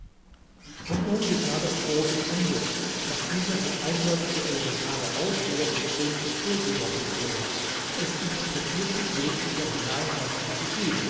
und nun geschah das große unglück daß dieser so eindeutige elementare aufruhr so gründlich fehlgedeutet wurde es interpretierte jeglicher hinein was ihm gefiel